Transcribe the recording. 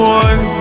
one